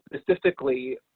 specifically